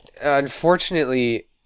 unfortunately